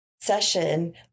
session